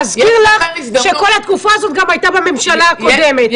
אזכיר לך שכל התקופה הזו הייתה גם בממשלה הקודמת,